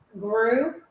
grew